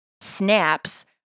snaps